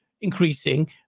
increasing